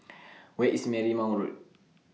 Where IS Marymount Road